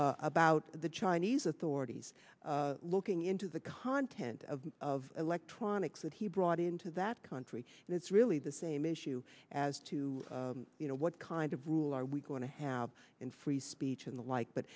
about the chinese authorities looking into the content of of electronics that he brought into that country and it's really the same issue as to you know what kind of rule are we going to have in free speech and the like but